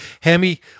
Hemi